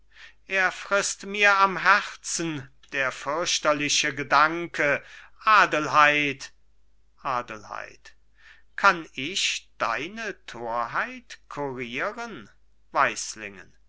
er frißt mir am herzen der fürchterliche gedanke adelheid adelheid kann ich deine torheit kurieren